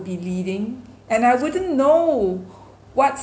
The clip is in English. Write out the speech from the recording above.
be leading and I wouldn't know what's